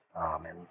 Amen